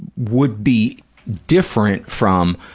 would be different from,